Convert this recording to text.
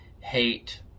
hate